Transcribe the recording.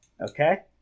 Okay